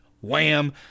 wham